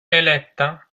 eletta